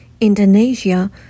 Indonesia